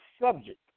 subject